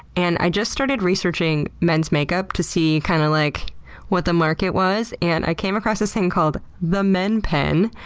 and i just started researching men's makeup to see kind of like what the market was, and i came across this thing called the men pen.